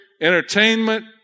entertainment